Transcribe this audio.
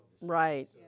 Right